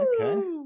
okay